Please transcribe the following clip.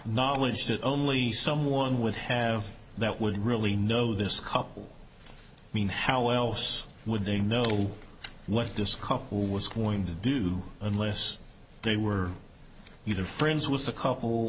knowledge that only someone would have that would really know this couple mean how else would they know what this couple was going to do unless they were you to friends with the couple